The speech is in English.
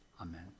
Amen